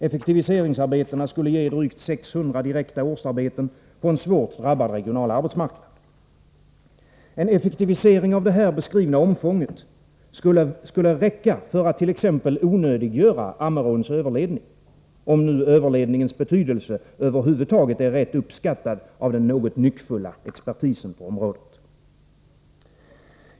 Effektiviseringsarbetena skulle ge drygt 600 direkta årsarbeten på en svårt drabbad regional arbetsmarknad. En effektivisering av det här beskrivna omfånget skulle räcka för att t.ex. onödiggöra Ammeråns överledning — om nu överledning ens betydelse över huvud taget är rätt uppskattad av den något nyckfulla expertisen på området.